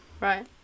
Right